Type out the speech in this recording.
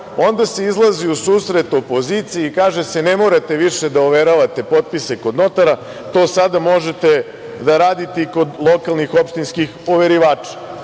onda se izlazi u susret opoziciji i kaže se – ne morate više da overavate potpise kod notara, to sada možete da radite i kod lokalnih opštinskih overivača. Druga